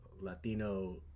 Latino